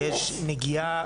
יש נגיעה,